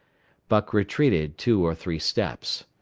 buck retreated two or three steps.